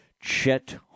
Chet